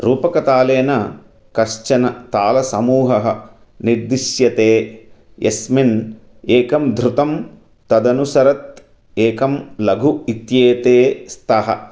रूपकतालेन कश्चन तालसमूहः निर्दिश्यते यस्मिन् एकं धृतं तदनुसरत् एकं लघु इत्येते स्तः